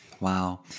Wow